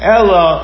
Ella